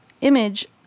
image